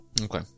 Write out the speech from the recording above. Okay